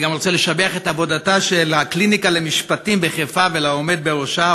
אני גם רוצה לשבח את עבודתה של הקליניקה למשפטים בחיפה והעומד בראשה,